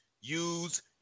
use